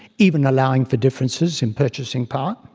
even allowing for differences in purchasing power,